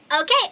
Okay